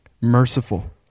merciful